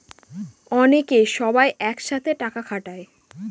অনেকে সবাই এক সাথে টাকা খাটায়